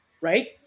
right